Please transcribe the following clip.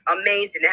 Amazing